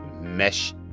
mesh